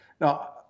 Now